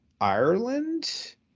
Ireland